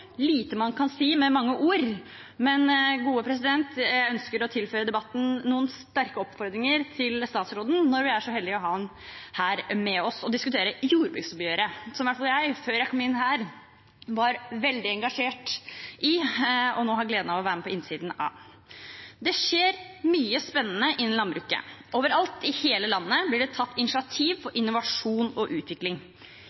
lite man kan si med mange ord. Men jeg ønsker å tilføre debatten noen sterke oppfordringer til statsråden når vi er så heldige å ha ham her med oss og diskutere jordbruksoppgjøret, som i hvert fall jeg, før jeg kom inn her, var veldig engasjert i og nå har gleden av å være med på innsiden av. Det skjer mye spennende innen landbruket. Overalt i hele landet blir det tatt initiativ til innovasjon og utvikling. I Valdres har veterinærer og gårder gått sammen for